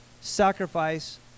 Sacrifice